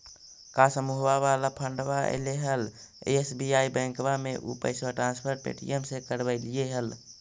का समुहवा वाला फंडवा ऐले हल एस.बी.आई बैंकवा मे ऊ पैसवा ट्रांसफर पे.टी.एम से करवैलीऐ हल?